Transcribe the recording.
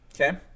Okay